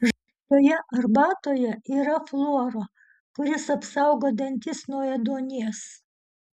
žalioje arbatoje yra fluoro kuris apsaugo dantis nuo ėduonies